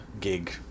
gig